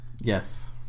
Yes